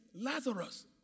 Lazarus